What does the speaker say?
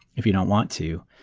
if you don't want to.